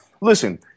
listen